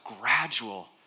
gradual